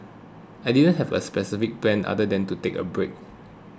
I didn't have a specific plan other than to take a break